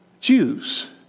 Jews